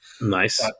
Nice